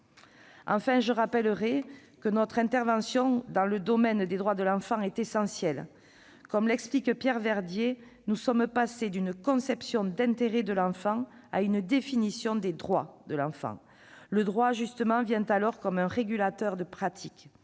Enfin, je rappellerai que notre intervention dans le domaine des droits de l'enfant est essentielle. Comme l'explique Pierre Verdier, nous sommes passés d'une conception d'intérêt de l'enfant à une définition des droits de l'enfant. Le droit, justement, vient alors comme un régulateur de pratiques.